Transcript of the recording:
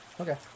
Okay